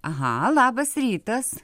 aha labas rytas